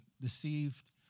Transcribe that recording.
deceived